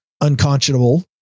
unconscionable